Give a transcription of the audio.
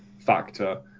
factor